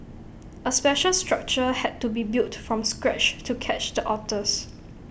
A special structure had to be built from scratch to catch the otters